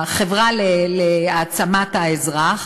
מרכז להעצמת האזרח